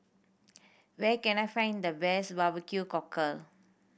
where can I find the best barbecue cockle